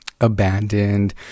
abandoned